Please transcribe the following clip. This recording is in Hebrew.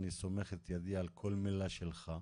אני סומך את ידי על כל מילה שלך.